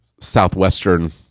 Southwestern